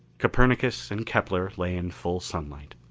copernicus and kepler lay in full sunlight.